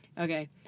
okay